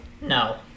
No